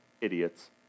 idiots